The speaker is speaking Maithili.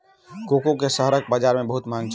कोको के शहरक बजार में बहुत मांग छल